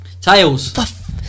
tails